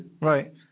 Right